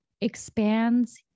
expands